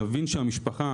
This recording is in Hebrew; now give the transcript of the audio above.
נבין שהמשפחה,